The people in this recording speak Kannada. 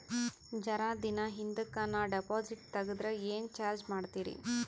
ಜರ ದಿನ ಹಿಂದಕ ನಾ ಡಿಪಾಜಿಟ್ ತಗದ್ರ ಏನ ಚಾರ್ಜ ಮಾಡ್ತೀರಿ?